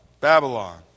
Babylon